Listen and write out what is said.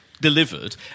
Delivered